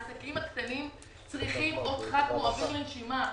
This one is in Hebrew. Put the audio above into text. העסקים הקטנים צריכים אותך כמו אוויר לנשימה.